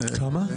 כמו מה?